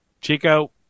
Chico